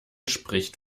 spricht